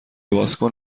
بازکن